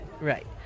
right